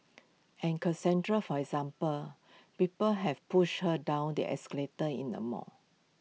and Cassandra for example people have pushed her down the escalator in the mall